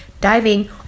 diving